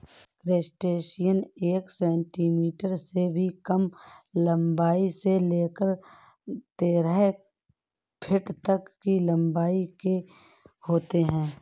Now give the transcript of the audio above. crustacean एक centimetre से भी कम लंबाई से लेकर तेरह फीट तक की लंबाई के होते हैं